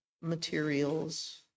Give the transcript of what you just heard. materials